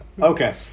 Okay